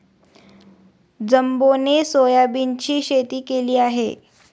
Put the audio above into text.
जंबोने सोयाबीनची शेती केली आहे